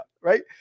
Right